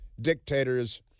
dictators